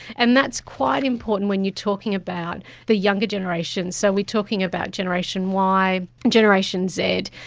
and that's quite important when you're talking about the younger generation. so we're talking about generation y, generation z,